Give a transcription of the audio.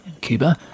Cuba